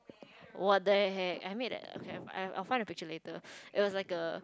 what the heck I made that okay but I'll find the picture later it was like a